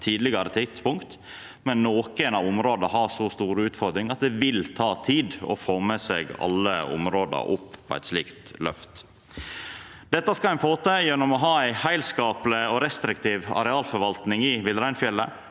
tidlegare tidspunkt. Men nokre av områda har så store utfordringar at det vil ta tid å få med seg alle områda på eit slikt løft. Dette skal ein få til gjennom å ha ei heilskapleg og restriktiv arealforvaltning i villreinfjella.